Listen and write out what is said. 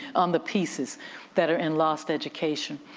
um the pieces that are in lost education,